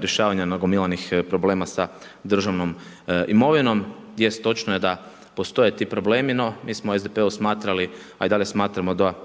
rješavanja nagomilanih problema sa državnom imovinom. Jest točno je da postoje ti problemi, no mi smo u SDP-u smatrali a i dalje smatramo da